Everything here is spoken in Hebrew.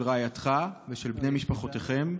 של רעייתך ושל בני משפחותיכם,